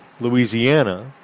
Louisiana